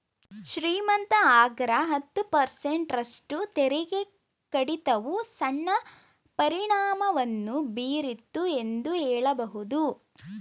ಶ್ರೀಮಂತ ಅಗ್ರ ಹತ್ತು ಪರ್ಸೆಂಟ್ ರಷ್ಟು ತೆರಿಗೆ ಕಡಿತವು ಸಣ್ಣ ಪರಿಣಾಮವನ್ನು ಬೀರಿತು ಎಂದು ಹೇಳಬಹುದು